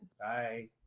Bye